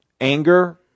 Anger